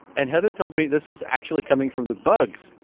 and heather told me this was actually coming from the bugs.